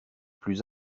plus